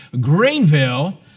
Greenville